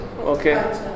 okay